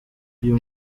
uyu